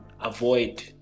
avoid